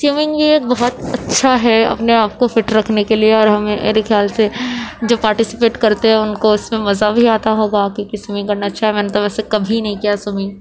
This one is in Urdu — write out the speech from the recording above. سوئمنگ یہ ایک بہت اچھا ہے اپنے آپ کو فٹ رکھنے کے لیے اور ہمیں میرے خیال سے جو پارٹیسپیٹ کرتے ہیں ان کو اس میں مزہ بھی آتا ہوگا کیونکہ سوئمنگ کرنا اچھا ہے میں نے تو ویسے کبھی نہیں کیا ہے سوئمنگ